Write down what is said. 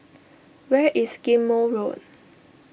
where is Ghim Moh Road